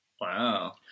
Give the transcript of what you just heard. Wow